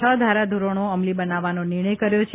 છ ધારાધોરણો અમલી બનાવવાનો નિર્ણય કર્યો છે